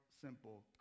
simple